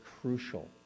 crucial